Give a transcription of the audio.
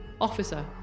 Officer